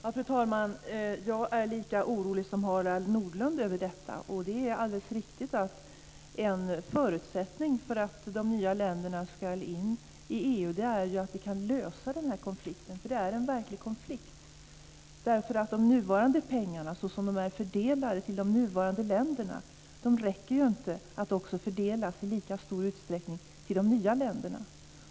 Fru talman! Jag är lika orolig som Harald Nordlund över detta. Det är alldeles riktigt att en förutsättning för att de nya länderna ska kunna komma med i EU är att vi kan lösa konflikten. Det är en verklig konflikt. De nuvarande pengarna, såsom de är fördelade till de nuvarande länderna, räcker inte att fördelas i lika stor utsträckning till de nya länderna.